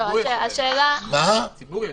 הציבור ישלם.